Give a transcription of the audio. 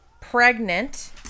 pregnant